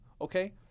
Okay